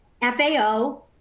FAO